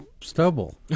stubble